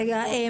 רגע,